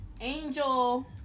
Angel